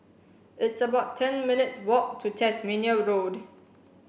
it's about ten minutes' walk to Tasmania Road